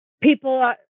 People